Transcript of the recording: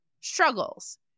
struggles